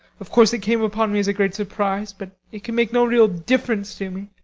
of course it came upon me as a great surprise but it can make no real difference to me.